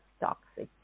Toxic